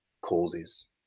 causes